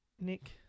Nick